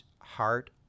heart